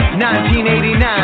1989